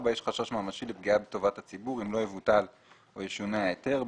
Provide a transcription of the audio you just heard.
יש חשש ממשי לפגיעה בטובת הציבור אם לא יבוטל או ישונה ההיתר.